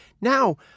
Now